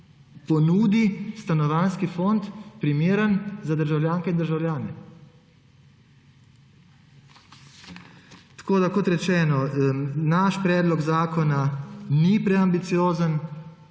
ponudi stanovanjski fond, primeren za državljanke in državljane. Kot rečeno, naš predlog zakona ni preambiciozen.